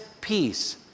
peace